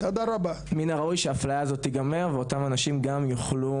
מן הראוי שהאפליה הזאת תיגמר ואותם אנשים גם יוכלו